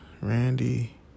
Randy